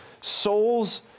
souls